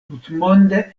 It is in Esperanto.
tutmonde